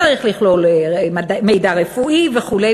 צריך לכלול מידע רפואי וכו'